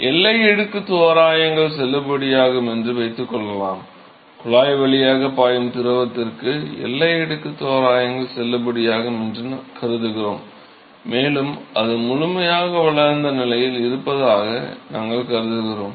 எல்லை அடுக்கு தோராயங்கள் செல்லுபடியாகும் என்று வைத்துக்கொள்வோம் குழாய் வழியாக பாயும் திரவத்திற்கு எல்லை அடுக்கு தோராயங்கள் செல்லுபடியாகும் என்று கருதுகிறோம் மேலும் அது முழுமையாக வளர்ந்த நிலையில் இருப்பதாக நாங்கள் கருதுகிறோம்